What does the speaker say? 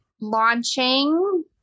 launching